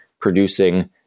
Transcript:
producing